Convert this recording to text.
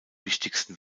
wichtigsten